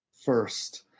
first